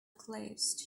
closed